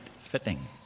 fitting